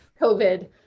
COVID